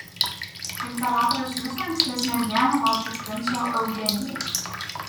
imperatorius visą ankstesnę dieną laukė princo eugenijaus